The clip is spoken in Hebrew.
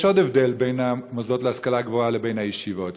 יש עוד הבדל בין המוסדות להשכלה גבוהה ובין הישיבות: